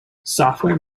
software